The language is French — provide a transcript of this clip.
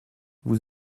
vous